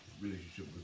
relationship